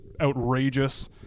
outrageous